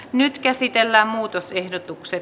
nyt käsitellään muutosehdotukset